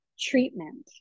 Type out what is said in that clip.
treatment